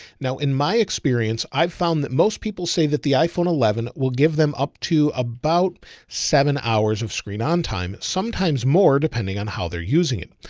now, in my experience, i've found that most people say that the iphone eleven will give them up to about seven hours of screen on time, sometimes more depending on how they're using it.